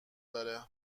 داره